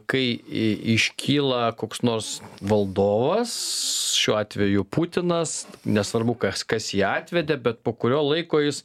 kai iškyla koks nors valdovas šiuo atveju putinas nesvarbu kas kas jį atvedė bet po kurio laiko jis